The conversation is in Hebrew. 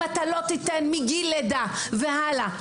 אם אתה לא תיתן מגיל לידה והלאה,